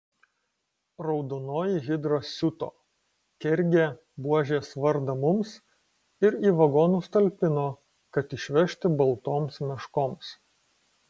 raudonoji hidra siuto kergė buožės vardą mums ir į vagonus talpino kad išvežti baltoms meškoms